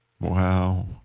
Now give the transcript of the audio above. Wow